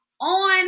on